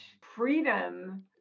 freedom